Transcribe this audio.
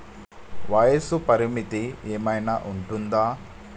వయస్సు పరిమితి ఏమైనా ఉంటుందా?